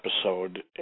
episode